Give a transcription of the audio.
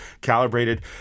calibrated